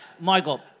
Michael